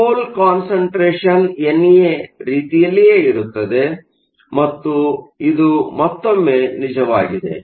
ಆದ್ದರಿಂದ hole concentration N A ರೀತಿಯಲ್ಲಿಯೇ ಇರುತ್ತದೆ ಮತ್ತು ಇದು ಮತ್ತೊಮ್ಮೆ ನಿಜವಾಗಿದೆ